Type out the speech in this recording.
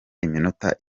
iminota